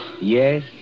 Yes